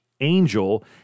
Angel